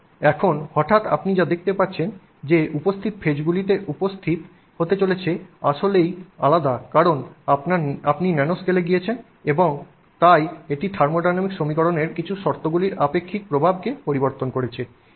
এবং এখন হঠাৎ আপনি যা দেখতে পাচ্ছেন যে উপস্থিত ফেজগুলি উপস্থিত হতে চলেছে আসলেই আলাদা কারণ আপনি ন্যানোস্কেলে গিয়েছেন কারণ এটি থার্মোডাইনামিক সমীকরণের কিছু শর্তগুলির আপেক্ষিক প্রভাবকে পরিবর্তন করেছে